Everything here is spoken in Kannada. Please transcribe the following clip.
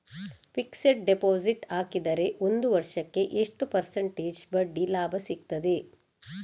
ಫಿಕ್ಸೆಡ್ ಡೆಪೋಸಿಟ್ ಹಾಕಿದರೆ ಒಂದು ವರ್ಷಕ್ಕೆ ಎಷ್ಟು ಪರ್ಸೆಂಟೇಜ್ ಬಡ್ಡಿ ಲಾಭ ಸಿಕ್ತದೆ?